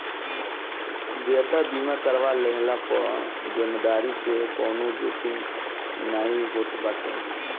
देयता बीमा करवा लेहला पअ देनदारी के कवनो जोखिम नाइ होत बाटे